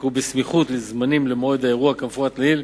הוא בסמיכות זמנים למועד האירוע כמפורט לעיל,